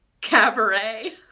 Cabaret